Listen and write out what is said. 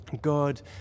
God